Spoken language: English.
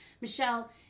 michelle